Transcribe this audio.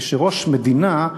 כשראש מדינה,